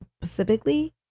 specifically